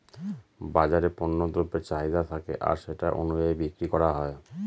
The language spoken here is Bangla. বাজারে পণ্য দ্রব্যের চাহিদা থাকে আর সেটা অনুযায়ী বিক্রি করা হয়